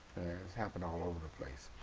happened all over the place.